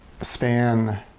span